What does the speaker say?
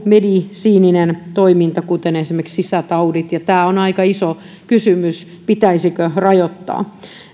medisiininen toiminta kuten esimerkiksi sisätaudit ja on aika iso kysymys pitäisikö rajoittaa